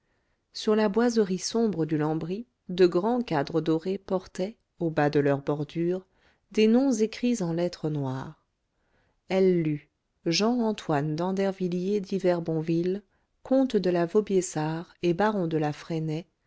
sur la boiserie sombre du lambris de grands cadres dorés portaient au bas de leur bordure des noms écrits en lettres noires elle lut jean antoine d'andervilliers d'yverbonville comte de la vaubyessard et baron de la fresnaye